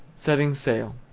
setting sail.